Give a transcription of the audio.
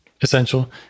essential